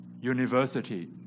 university